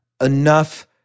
enough